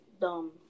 dumb